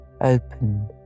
opened